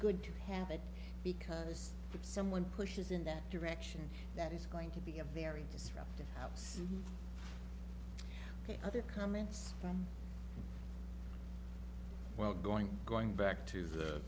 good to have it because if someone pushes in that direction that is going to be a very disruptive see other comments from well going going back to the